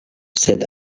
sed